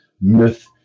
myth